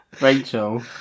Rachel